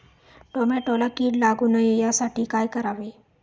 टोमॅटोला कीड लागू नये यासाठी काय करावे?